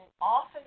often